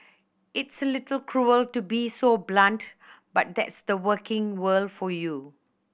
it's a little cruel to be so blunt but that's the working world for you